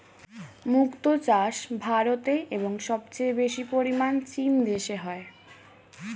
মুক্ত চাষ ভারতে এবং সবচেয়ে বেশি পরিমাণ চীন দেশে হয়